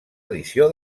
edició